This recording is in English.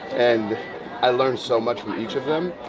and i learned so much from each of them,